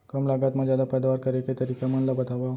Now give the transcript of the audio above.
कम लागत मा जादा पैदावार करे के तरीका मन ला बतावव?